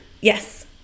Yes